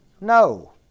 No